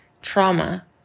trauma